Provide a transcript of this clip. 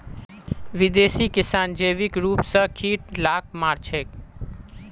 विदेशी किसान जैविक रूप स कीट लाक मार छेक